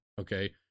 okay